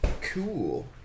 Cool